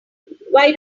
why